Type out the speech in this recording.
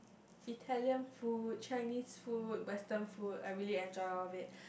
Italian food Chinese food Western food I really enjoy all of it